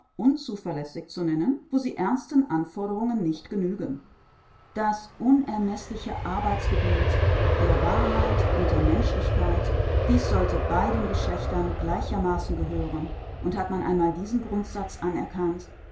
unzuverlässig zu nennen wo sie ernsten anforderungen nicht genügen das unermeßliche arbeitsgebiet der wahrheit und der menschlichkeit dies sollte beiden geschlechtern gleichermaßen gehören und hat man einmal diesen grundsatz anerkannt